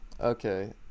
Okay